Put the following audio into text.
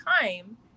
time